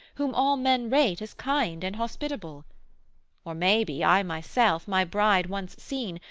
whom all men rate as kind and hospitable or, maybe, i myself, my bride once seen,